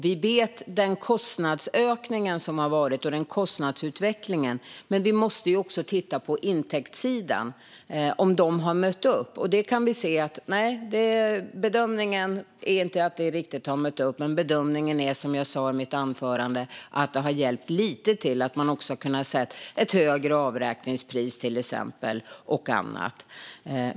Vi vet vilken kostnadsutveckling det har varit, men vi måste också titta på intäktssidan. Har den mött upp? Nej, vår bedömning är att den inte riktigt har mött upp men att det, som jag sa i mitt förra anförande, har hjälpt lite att man har kunnat se ett högre avräkningspris och annat.